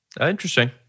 Interesting